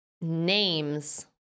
names